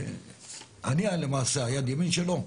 אני למעשה יד ימין שלו.